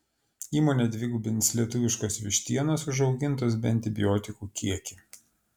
įmonė dvigubins lietuviškos vištienos užaugintos be antibiotikų kiekį